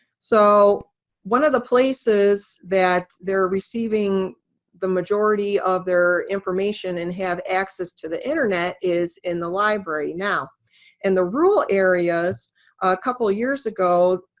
so one of the places that they're receiving the majority of their information and have access to the internet is in the library. now in and the rural areas, a couple of years ago,